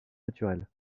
naturels